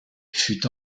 fut